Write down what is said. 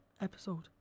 episode